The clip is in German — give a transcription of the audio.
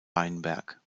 weinberg